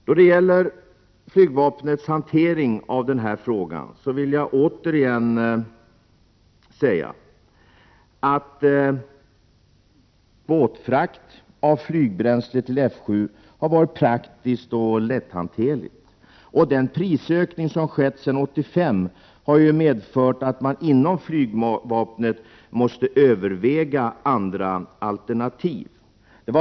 Då det gäller flygvapnets hantering av denna fråga vill jag återigen säga att båtfrakt av flygbränsle till F 7 har varit både praktisk och lätthanterlig. Den prisökning som skett sedan 1985 har dock medfört att man inom flygvapnet måste överväga andra alternativ.